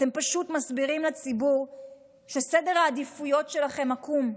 אתם פשוט מסבירים לציבור שסדר העדיפויות שלכם עקום.